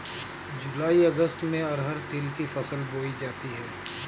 जूलाई अगस्त में अरहर तिल की फसल बोई जाती हैं